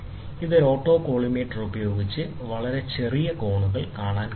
അതിനാൽ ഒരു ഓട്ടോകോളിമേറ്റർ ഉപയോഗിച്ച് വളരെ ചെറിയ കോണുകൾ അളക്കാൻ കഴിയും